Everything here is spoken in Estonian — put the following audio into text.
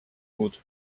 kuud